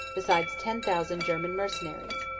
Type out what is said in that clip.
besides ten thousand german mercenaries.